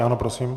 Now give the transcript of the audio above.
Ano, prosím.